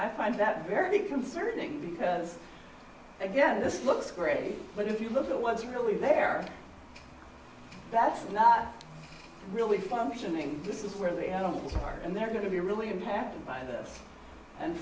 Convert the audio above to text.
i find that very concerning because again this looks great but if you look at what's really there that's not really functioning this is really animals and they're going to be really impacted by this and